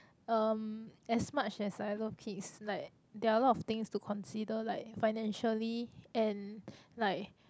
um as much as I love kids like there are a lot of things to consider like financially and like